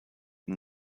and